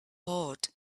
heart